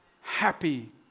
happy